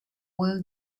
will